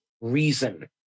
reason